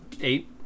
Eight